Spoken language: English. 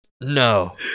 no